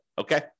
Okay